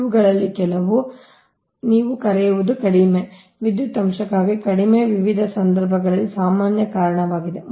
ಇವುಗಳಲ್ಲಿ ಕೆಲವು ಆದ್ದರಿಂದ ನೀವು ಕರೆಯುವುದು ಕಡಿಮೆ ವಿದ್ಯುತ್ ಅಂಶಕ್ಕಾಗಿ ಕಡಿಮೆ ವಿವಿಧ ಸಂದರ್ಭಗಳಲ್ಲಿ ಸಾಮಾನ್ಯ ಕಾರಣವಾಗಿದೆ